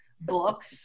books